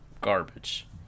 garbage